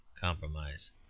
compromise